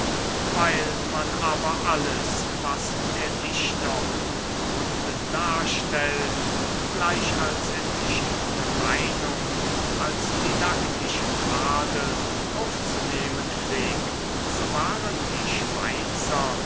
weil man aber alles was der dichter unbewunden darstellt gleich als entschiedene meinung als didaktischen tadel aufzunehmen pflegt so waren die schweizer